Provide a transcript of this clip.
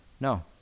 no